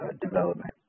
development